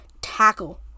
Tackle